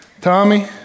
Tommy